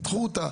פיתחו אותה,